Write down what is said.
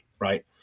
right